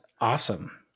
awesome